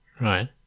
Right